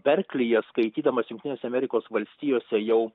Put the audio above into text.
berklyje skaitydamas jungtinėse amerikos valstijose jau